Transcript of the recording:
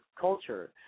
culture